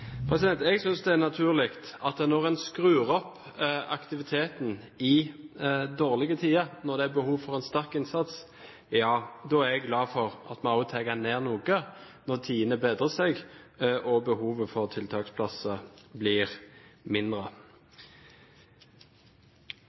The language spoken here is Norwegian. Jeg synes det er naturlig at når man skrur opp aktiviteten i dårlige tider, når det er behov for en sterk innsats, ja, da er jeg glad for at vi også tar ned noe når tidene bedrer seg, og behovet for tiltaksplasser blir mindre.